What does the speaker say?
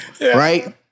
right